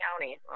county